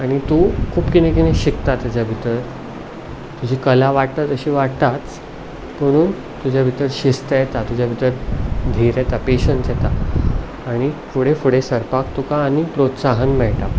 आनी तूं खूब कितें कितें शिकता ताच्या भितर तुजी कला वाडटा तशी वाडटाच पुणून तुजे भितर शिस्त येता तुजे भितर धीर येता पॅशन्स येता आनी फुडें फुडें सरपाक तुका आनीक प्रोत्साहन मेळटा